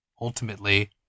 ultimately